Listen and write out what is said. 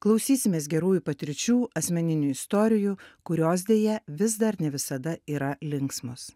klausysimės gerųjų patirčių asmeninių istorijų kurios deja vis dar ne visada yra linksmos